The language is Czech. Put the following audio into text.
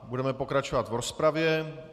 Budeme pokračovat v rozpravě.